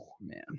man